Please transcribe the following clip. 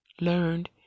learned